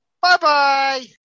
bye-bye